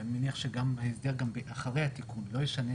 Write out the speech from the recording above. ואני מניח שההסדר גם אחרי התיקון לא ישנה,